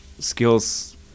Skills